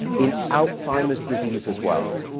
in alzheimer's disease as well.